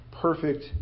perfect